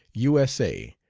u s a,